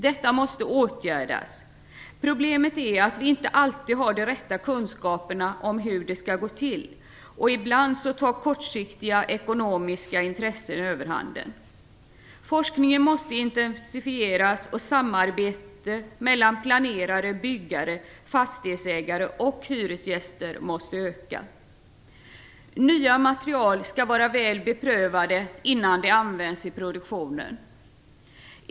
Detta måste åtgärdas. Problemet är att vi inte alltid har de rätta kunskaperna om hur det skall gå till. Och ibland tar kortsiktiga ekonomiska intressen överhanden. Forskningen måste intensifieras, och samarbetet mellan planerare, byggare, fastighetsägare och hyresgäster måste öka. Nya material skall vara väl beprövade innan de används i produktionen.